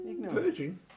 virgin